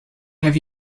have